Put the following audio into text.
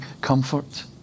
comfort